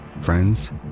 Friends